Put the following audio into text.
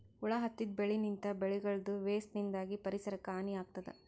ಹುಳ ಹತ್ತಿದ್ ಬೆಳಿನಿಂತ್, ಬೆಳಿಗಳದೂ ವೇಸ್ಟ್ ನಿಂದಾಗ್ ಪರಿಸರಕ್ಕ್ ಹಾನಿ ಆಗ್ತದ್